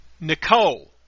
Nicole